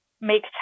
make